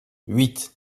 huit